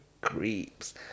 creeps